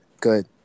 good